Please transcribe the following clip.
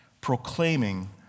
proclaiming